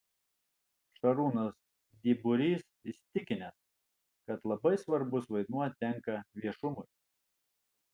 šarūnas dyburys įsitikinęs kad labai svarbus vaidmuo tenka viešumui